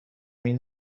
این